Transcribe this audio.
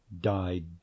died